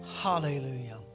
hallelujah